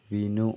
Vinu